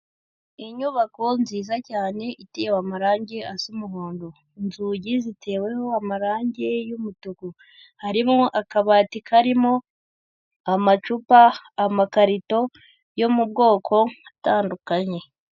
Inyubako nziza cyane itewe amarangi asa umuhondo, inzugi ziteweho amarangi y'umutuku, harimo akabati karimo amacupa, amakarito yo mu bwoko atandukanye.